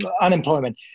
unemployment